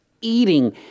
eating